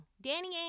Danny